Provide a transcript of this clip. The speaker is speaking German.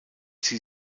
sie